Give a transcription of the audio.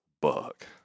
Buck